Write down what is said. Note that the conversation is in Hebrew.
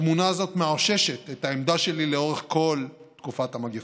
התמונה הזאת מאוששת את העמדה שלי לאורך כל תקופת המגפה: